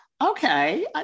Okay